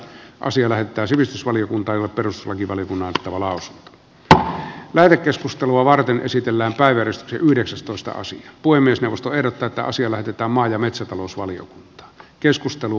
asia näyttää sivistysvaliokunta ovat peruslakivaliokunnan että maalaus tuo väri keskustelua varten esitellään päiväys yhdeksästoista asp puhemiesneuvostoehdokkaita on siellä pitää maa ja metsätalousvalio keskustelu